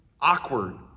awkward